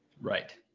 Right